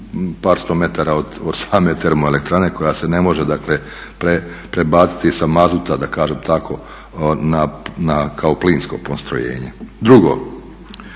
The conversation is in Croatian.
par sto metara od same termoelektrane koja se ne može dakle prebaciti sa mazuta da kažem tako na kao plinsko postrojenje. Drugo,